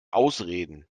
ausreden